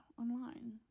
Online